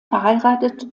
verheiratet